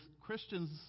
Christians